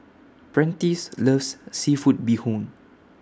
Prentice loves Seafood Bee Hoon